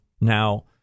now